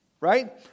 Right